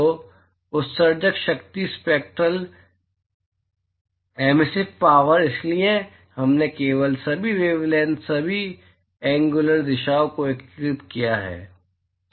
तो उत्सर्जक शक्तिस्पैक्ट्रल एमिसिव पावर इसलिए हमने केवल सभी वेवलैंथसभी एंग्युलर दिशाओं को एकीकृत किया है